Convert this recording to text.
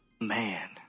Man